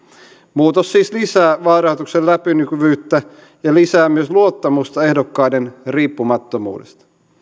muutos siis lisää vaalirahoituksen läpinäkyvyyttä ja lisää myös luottamusta ehdokkaiden riippumattomuuteen